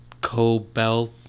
co-bell